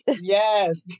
Yes